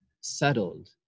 settled